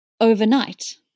overnight